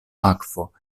akvo